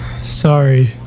Sorry